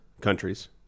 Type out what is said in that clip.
countries